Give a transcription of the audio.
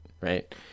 right